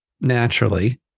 naturally